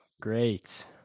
Great